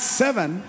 seven